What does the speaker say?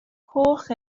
coch